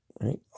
right